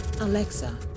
Alexa